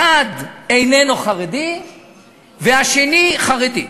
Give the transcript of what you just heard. אחד איננו חרדי והשני חרדי.